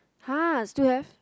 !huh! still have